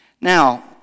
Now